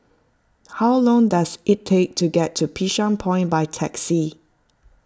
how long does it take to get to Bishan Point by taxi